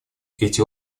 эти